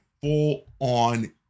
full-on